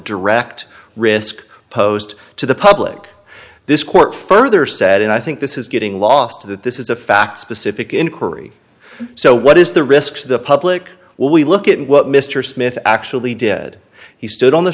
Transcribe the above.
direct risk posed to the public this court further said and i think this is getting lost that this is a fact specific inquiry so what is the risk to the public when we look at what mr smith actually did he stood on the